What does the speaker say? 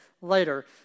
later